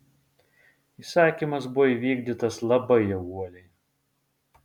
įsakymas buvo įvykdytas labai jau uoliai